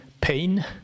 pain